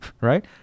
right